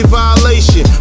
violation